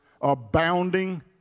abounding